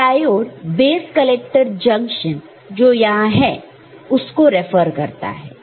यह diode base collector junction जो यहां है उसको रेफर करता है